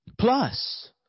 Plus